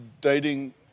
dating